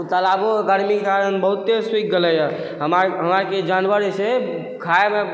ओहि तालाबो गर्मीके कारण बहुते सुखि गेलै एहालाँकि जानवर जे छइ खाएमे